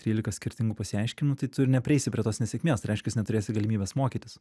trylika skirtingų pasiaiškinimų tai tu neprieisi prie tos nesėkmės tai reiškias neturėsi galimybės mokytis